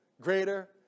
greater